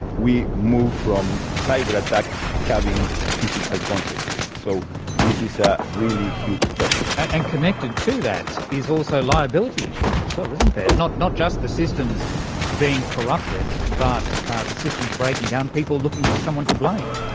we move from cyber attack having physical consequences. so this is ah a really huge topic. and connected to that is also liability issues as well, isn't there, not not just the systems being corrupted, but the systems breaking down, people looking for someone to blame.